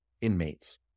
inmates